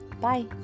Bye